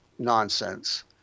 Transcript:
nonsense